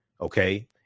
okay